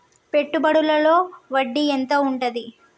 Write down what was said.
పెట్టుబడుల లో వడ్డీ ఎంత ఉంటది?